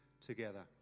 together